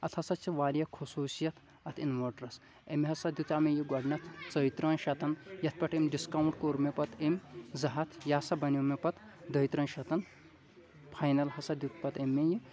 اَتھ ہسا چھِ واریاہ خصوٗصیَت اَتھ اِنوٲٹرَس أمۍ ہسا دِتیو مےٚ گۄڈٕنٮ۪تھ ژۄیہِ تٕرٛہَن شَتَن یَتھ پٮ۪ٹھ أمۍ ڈِسکاوُنٛٹ کوٚر مےٚ پَتہٕ أمۍ زٕ ہَتھ یہِ ہسا بَنیو مےٚ پَتہٕ دۄیہِ تٕرٛہَن شَتَن فاینَل ہسا دیُت پَتہٕ أمۍ مےٚ یہِ